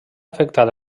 afectat